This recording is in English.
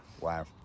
Wow